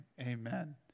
amen